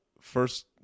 first